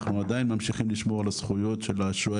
אנחנו עדיין מנסים לשמור על הזכויות של השוהה